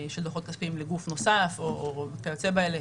דוחות כספיים לגוף נוסף או כיוצא באלה,